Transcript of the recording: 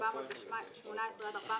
418 עד 420,